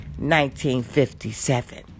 1957